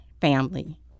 family